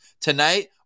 tonight